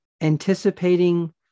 anticipating